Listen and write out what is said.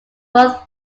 both